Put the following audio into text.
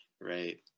Right